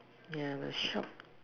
yeah the shop